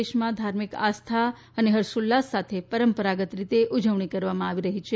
દેશમાં ધાર્મિક આસ્થા અને હર્ષોલ્લાસ સાથે પરંપરાગત રીતે ઉજવણી કરવામાં આવી રહી છે